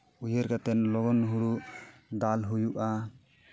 ᱩᱭᱦᱟᱹᱨ ᱠᱟᱛᱮᱱ ᱞᱚᱜᱚᱱ ᱦᱳᱲᱳ ᱫᱟᱞ ᱦᱩᱭᱩᱜᱼᱟ